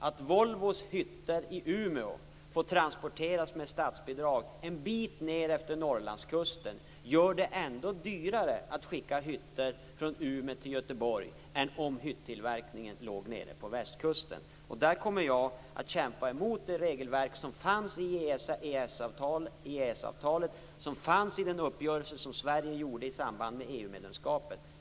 Att Volvos hytter i Umeå transporteras med statsbidrag en bit ned efter Norrlandskusten gör det ändå dyrare att skicka hytter från Umeå till Göteborg än om hyttillverkningen låg nere vid Västkusten. Där kommer jag att kämpa mot det regelverk som fanns i EES-avtalet, i den uppgörelse som Sverige gjorde i samband med EU medlemskapet.